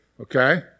Okay